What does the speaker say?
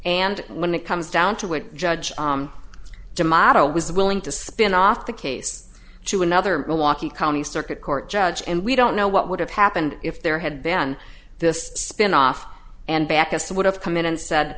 and when it comes down to it judge d'amato was willing to spin off the case to another milwaukee county circuit court judge and we don't know what would have happened if there had been this spinoff and back us would have come in and said